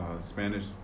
Spanish